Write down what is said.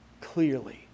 clearly